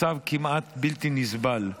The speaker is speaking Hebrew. מצב כמעט בלתי נסבל.